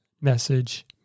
message